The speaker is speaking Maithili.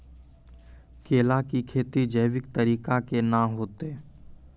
केला की खेती जैविक तरीका के ना होते?